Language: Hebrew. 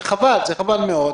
זה חבל, זה חבל מאוד,